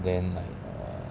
then like err